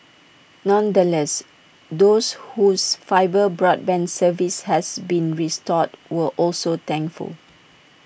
nonetheless those whose fibre broadband service has been restored were also thankful